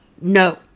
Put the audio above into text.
No